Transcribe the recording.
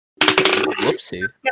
Whoopsie